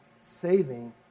saving